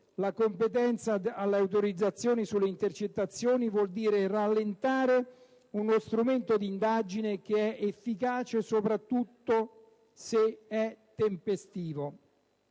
la competenza all'autorizzazione sulle intercettazioni vuol dire rallentare uno strumento di indagine che è efficace soprattutto se è tempestivo».